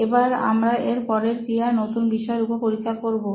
এবার আমরা এর পরের ক্রিয়া নতুন বিষয়ের উপর পরীক্ষা করবো